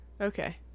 Okay